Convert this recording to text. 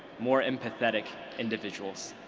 more empathetic individuals.